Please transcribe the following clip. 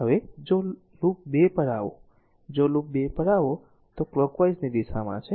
હવે જો લૂપ 2 પર આવો જો લૂપ 2 પર આવો તો કલોકવાઈઝની દિશામાં છે